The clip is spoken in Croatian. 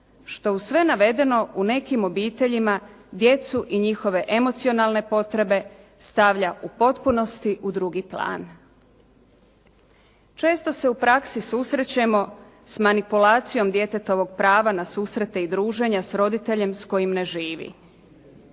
što uz sve navedeno u nekim obiteljima djecu i njihove emocionalne potrebe stavlja u potpunosti u drugi plan. Često se u praksi susrećemo s manipulacijom djetetovog prava na susrete i druženja s roditeljem s kojim ne živi.